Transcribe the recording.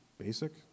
Basic